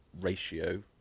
ratio